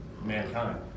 mankind